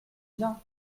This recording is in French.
bien